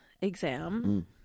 exam